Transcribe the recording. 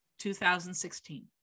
2016